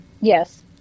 Yes